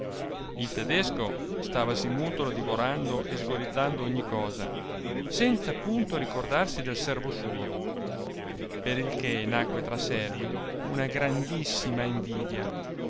il tedesco stavasi mutolo divorando e sgolizzando ogni cosa senza punto ricordarsi del servo suo per il che nacque tra servi una grandissima invidia